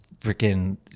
freaking